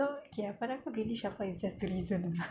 so okay pada aku really shafwa is just the reason